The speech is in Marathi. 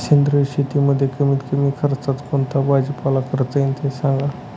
सेंद्रिय शेतीमध्ये कमीत कमी खर्चात कोणता भाजीपाला करता येईल ते सांगा